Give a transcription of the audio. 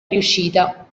riuscita